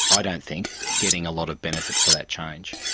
i don't think, getting a lot of benefit for that change.